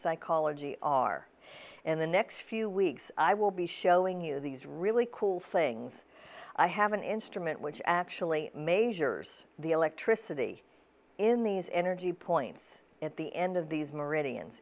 psychology are in the next few weeks i will be showing you these really cool things i have an instrument which actually measures the electricity in these energy points at the end of these meridian